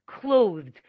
Clothed